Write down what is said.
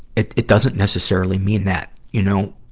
it, it doesn't necessarily mean that. you know,